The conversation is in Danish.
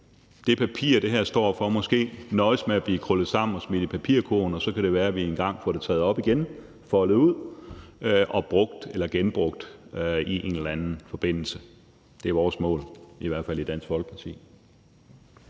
det papir, det her står for, måske nøjes med at blive krøllet sammen og smidt i papirkurven, og så kan det være, at vi engang får det taget op igen og foldet ud og brugt eller genbrugt i en eller anden forbindelse. Det er i hvert fald vores mål i Dansk Folkeparti.